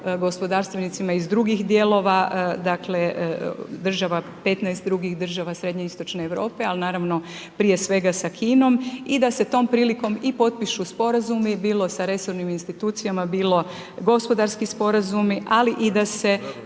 gospodarstvenicima iz drugih dijelova, dakle država 15 drugih država srednje i istočne Europe, ali naravno prije svega sa Kinom i da se tom prilikom i potpišu sporazumi bilo sa resornim institucijama, bilo gospodarski sporazumi, ali i da se